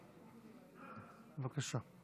בבקשה.